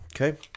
Okay